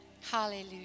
Hallelujah